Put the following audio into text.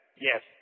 Yes